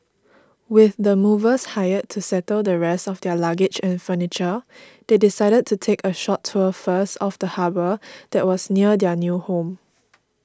with the movers hired to settle the rest of their luggage and furniture they decided to take a short tour first of the harbour that was near their new home